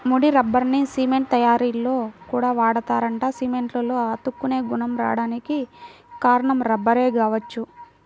ముడి రబ్బర్ని సిమెంట్ తయ్యారీలో కూడా వాడతారంట, సిమెంట్లో అతుక్కునే గుణం రాడానికి కారణం రబ్బరే గావచ్చు